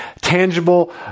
tangible